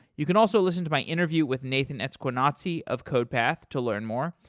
you can also listen to my interview with nathan esquenazi of codepath to learn more,